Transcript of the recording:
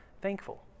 thankful